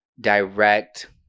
direct